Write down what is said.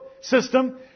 system